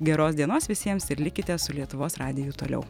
geros dienos visiems ir likite su lietuvos radiju toliau